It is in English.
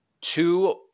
two